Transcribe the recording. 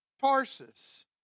Tarsus